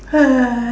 uh